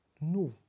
No